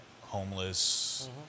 homeless